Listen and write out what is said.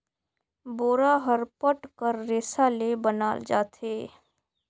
बोरा हर पट कर रेसा ले बनाल जाथे